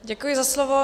Děkuji za slovo.